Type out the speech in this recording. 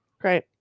great